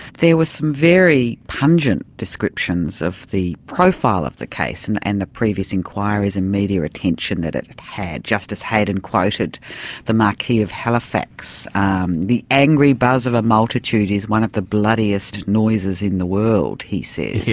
there were some very pungent descriptions of the profile of the case and and the previous inquiries and media attention that it had. justice hayden quoted the marquis of halifax and the angry buzz of a multitude is one of the bloodiest noises in the world, he said. yes.